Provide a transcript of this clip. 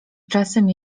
czasem